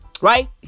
right